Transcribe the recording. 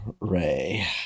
Ray